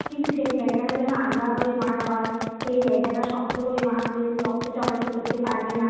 কিন্তু সেই জায়গাটা যেন আলগা করে বাঁধা হয় সেই জায়গাটা শক্ত করে বাঁধলে রক্ত চলাচল করতে পারবে না